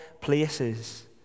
places